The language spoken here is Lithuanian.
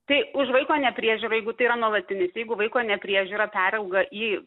tai už vaiko nepriežiūrą jeigu tai yra nuolatinis jeigu vaiko nepriežiūra perauga į